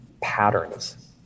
patterns